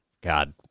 God